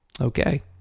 Okay